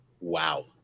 Wow